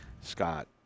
Scott